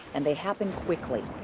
and they happen quickly.